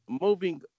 Moving